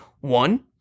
One